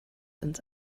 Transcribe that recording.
ins